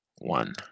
One